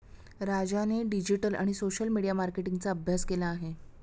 राजाने डिजिटल आणि social media मार्केटिंगचा अभ्यास केला आहे